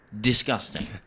disgusting